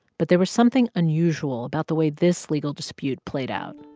but there was something unusual about the way this legal dispute played out.